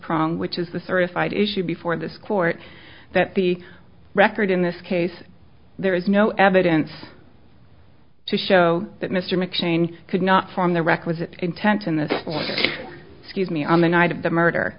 prong which is the certified issue before this court that the record in this case there is no evidence to show that mr mcshane could not form the requisite intent in the scuse me on the night of the murder